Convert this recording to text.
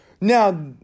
Now